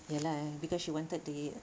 ye lah because she wanted duit